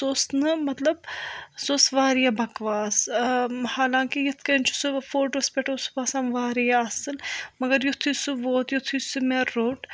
تتھ اوس نہٕ مطلب سُہ اوس واریاہ بکواس حالانکہ یِتھٕ کٔنۍ چھُ سُہ فوٗٹوس پٮ۪ٹھ اوس سُہ باسان واریاہ اصٕل مگر یِتھُے سُہ ووت یِتھُے سُہ مےٚ روٚٹ